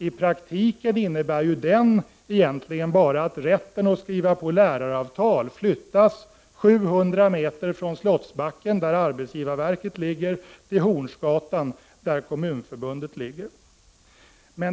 I praktiken innebär den bara att rätten att skriva på läraravtal flyttas 700 meter, från Slottsbacken, där arbetsgivarverket ligger, till Hornsgatan, där Kommunförbundet ligger.